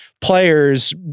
players